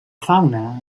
fauna